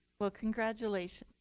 well, congratulations.